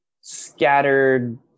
scattered